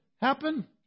happen